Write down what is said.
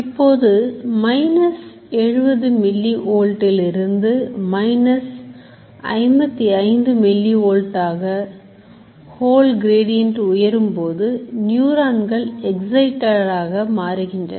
இப்போது minus 70 milli Volt இல் இருந்து minus 55 milli Volt ஆக whole gradient உயரும்போது நியூரான்கள் excited ஆக மாறுகின்றன